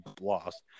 lost